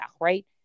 right